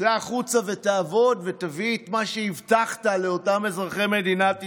צא החוצה ותעבוד ותביא את מה שהבטחת לאותם אזרחי מדינת ישראל.